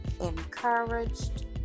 encouraged